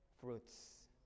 fruits